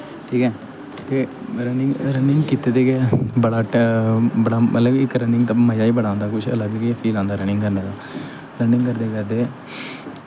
ठीक ऐ ते रनिंग रनिंग कीते दे गै बड़ा बड़ा मतलब इक रनिंग दा बड़ा मज़ा बी बड़ा आंदा कुछ शैल फील आंदा रनिंग करने दा रनिंग करदे करदे